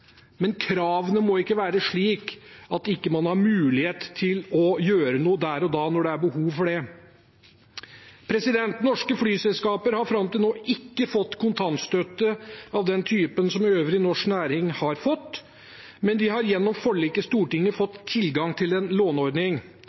Men kravene må ikke være slik at man ikke har mulighet til å gjøre noe der og da, når det er behov for det. Norske flyselskaper har fram til nå ikke fått kontantstøtte av den typen som øvrig norsk næringsliv har fått, men de har gjennom forlik i Stortinget fått tilgang til en låneordning.